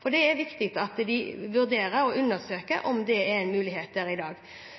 Det er viktig at de undersøker det og vurderer om det er en mulighet der i dag.